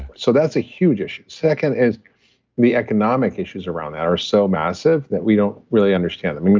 so, that's a huge issue second is the economic issues around that are so massive that we don't really understand them.